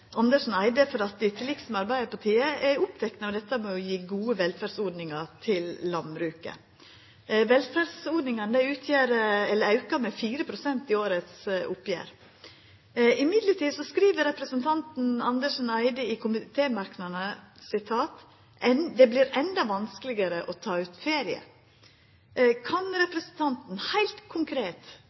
Andersen Eide for at dei til liks med Arbeidarpartiet er opptekne av dette med å gje gode velferdsordningar til landbruket. Velferdsordningane er auka med 4 pst. i årets oppgjer. Når det er sagt, skriv representanten Andersen Eide i komitémerknadene at «det blir enda vanskeligere for bønder å ta ut ferie». Kan representanten heilt konkret